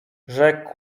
rzekł